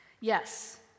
Yes